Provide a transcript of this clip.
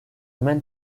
mean